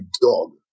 dog